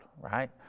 right